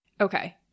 Okay